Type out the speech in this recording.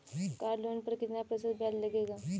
Car loan पर कितना प्रतिशत ब्याज लगेगा?